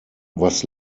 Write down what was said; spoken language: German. was